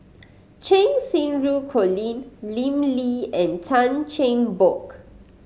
Cheng Xinru Colin Lim Lee and Tan Cheng Bock